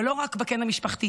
אבל לא רק בקן המשפחתי,